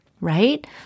right